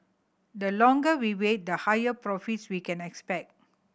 the longer we wait the higher profits we can expect